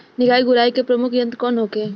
निकाई गुराई के प्रमुख यंत्र कौन होखे?